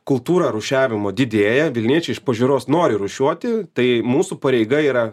kultūra rūšiavimo didėja vilniečiai iš pažiūros nori rūšiuoti tai mūsų pareiga yra